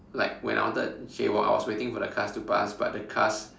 like when I wanted to jaywalk I was waiting for the cars to pass but the cars